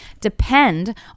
depend